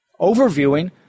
overviewing